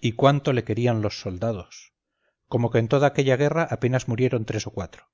y cuánto le querían los soldados como que en toda aquella guerra apenas murieron tres o cuatro